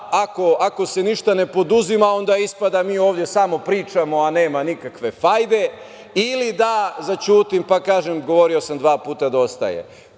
ako se ništa ne poduzima onda ispada da mi ovde samo pričamo, a nema nikakve vajde, ili da zaćutim pa kažem – govorio sam dva puta dosta